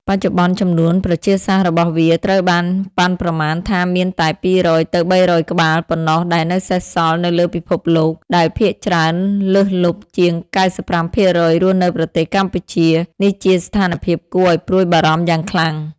បច្ចុប្បន្ន ចំនួនប្រជាសាស្ត្ររបស់វាត្រូវបានប៉ាន់ប្រមាណថាមានតែ ២០០ ទៅ ៣០០ ក្បាល ប៉ុណ្ណោះដែលនៅសេសសល់នៅលើពិភពលោក ដែលភាគច្រើនលើសលប់ ជាង ៩៥% រស់នៅប្រទេសកម្ពុជា នេះជាស្ថានភាពគួរឲ្យព្រួយបារម្ភយ៉ាងខ្លាំង។